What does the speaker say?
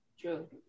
True